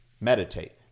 meditate